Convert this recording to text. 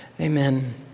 Amen